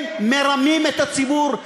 הם מרמים את הציבור.